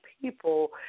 people